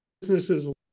businesses